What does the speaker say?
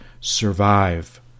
survive